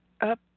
up